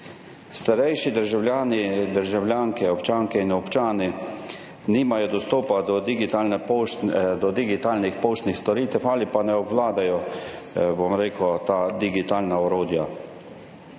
državljani, državljanke, občanke in občani nimajo dostopa do digitalnih poštnih storitev ali pa ne obvladajo teh digitalnih orodij.